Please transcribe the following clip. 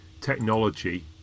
technology